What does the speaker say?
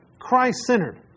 Christ-centered